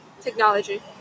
technology